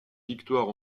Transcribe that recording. victoires